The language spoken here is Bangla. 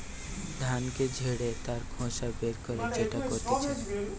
ধানকে ঝেড়ে তার খোসা বের করে যেটা করতিছে